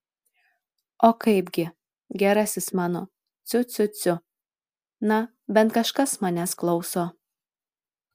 o kaipgi gerasis mano ciu ciu ciu na bent kažkas manęs klauso